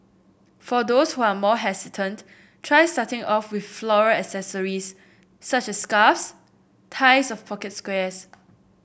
for those who are more hesitant try starting off with floral accessories such as scarves ties of pocket squares